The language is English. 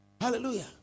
hallelujah